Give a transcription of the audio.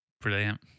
Brilliant